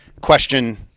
question